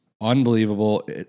unbelievable